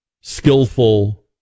skillful